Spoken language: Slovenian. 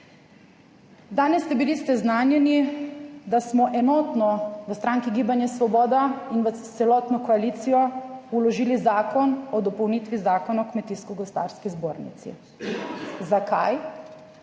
Danes ste bili seznanjeni, da smo enotno v stranki Gibanje Svoboda in v celotno koalicijo vložili Zakon o dopolnitvi Zakona o kmetijsko gozdarski zbornici. Zakaj?